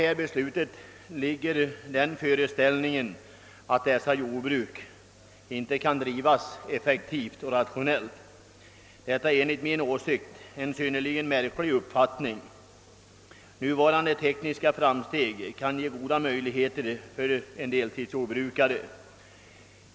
Bakom beslutet ligger den föreställningen att dessa jordbruk inte kan drivas effektivt och rationellt. Detta är enligt min åsikt en synnerligen märklig uppfattning. De tekniska framstegen har skapat goda möjligheter även för en deltidsjordbrukare.